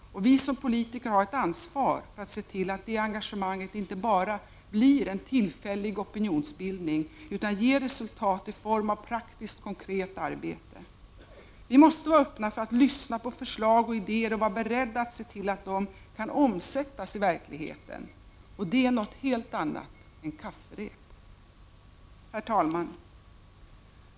Vi som politiker har ett ansvar för att se till att det engagemanget inte bara blir en tillfällig opinionsbildning, utan ger resultat i form av praktiskt konkret arbete. Vi måste vara öppna för att lyssna på förslag och idéer och vara beredda att se till att de kan omsättas i verkligheten. Det är något helt annat än kafferep. Herr talman!